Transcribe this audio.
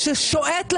הבאתם נתונים?